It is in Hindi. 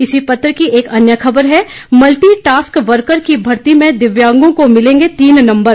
इसी पत्र की एक अन्य खबर है मल्टी टास्क वर्कर की भर्ती में दिव्यांगों को मिलेंगे तीन नंबर